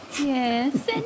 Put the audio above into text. Yes